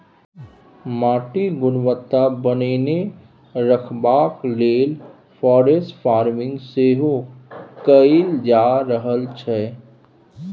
माटिक गुणवत्ता बनेने रखबाक लेल फॉरेस्ट फार्मिंग सेहो कएल जा रहल छै